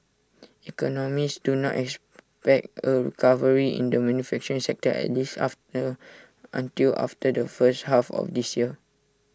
economists do not expect A recovery in the manufacturing sector at least after until after the first half of this year